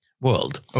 world